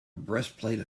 breastplate